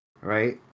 Right